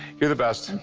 you're the best.